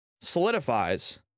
solidifies